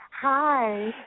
Hi